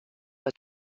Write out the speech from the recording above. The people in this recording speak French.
pas